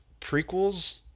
prequels